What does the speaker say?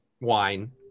wine